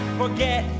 forget